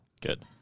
Good